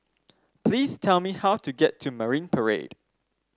please tell me how to get to Marine Parade